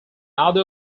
other